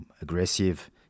aggressive